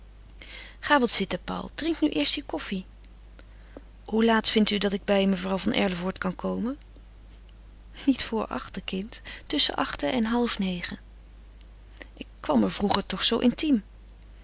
ga wat zitten paul drink nu eerst je koffie hoe laat vindt u dat ik bij mevrouw van erlevoort kan komen niet voor achten kind tusschen achten en half negen ik kwam er vroeger zoo